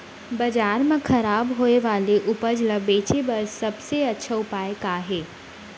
बाजार मा खराब होय वाले उपज ला बेचे बर सबसे अच्छा उपाय का हे?